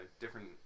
different